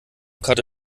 karte